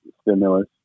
stimulus